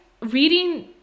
reading